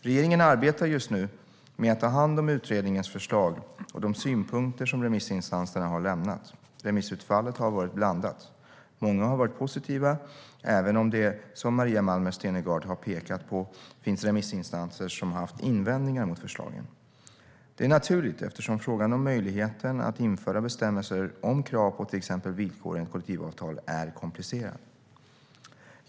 Regeringen arbetar just nu med att ta hand om utredningens förslag och de synpunkter som remissinsinstanserna har lämnat. Remissutfallet har varit blandat. Många har varit positiva även om det, som Maria Malmer Stenergard har pekat på, finns remissinstanser som haft invändningar mot förslagen. Det är naturligt eftersom frågan om möjligheten att införa bestämmelser om krav på till exempel villkor enligt kollektivavtal är komplicerad.